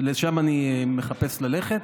לשם אני מחפש ללכת: